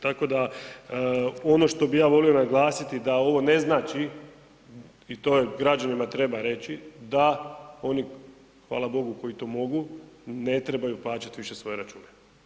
Tako da, ono što bih ja volio naglasiti da ovo ne znači i to je građanima treba reći, da oni, hvala Bogu koji to mogu, ne trebaju plaćati više svoje račune.